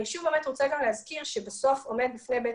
אני שוב רוצה להזכיר שבסוף עומד בפני בית